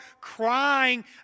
crying